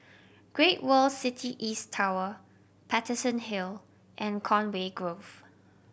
Great World City East Tower Paterson Hill and Conway Grove